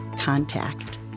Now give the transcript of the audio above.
contact